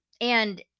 And-